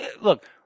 look